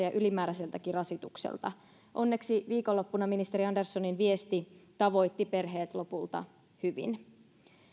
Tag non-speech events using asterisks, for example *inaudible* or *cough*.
*unintelligible* ja ylimääräiseltäkin rasitukselta onneksi viikonloppuna ministeri anderssonin viesti tavoitti perheet lopulta hyvin